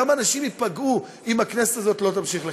כמה אנשים ייפגעו אם הכנסת הזאת לא תמשיך לכהן,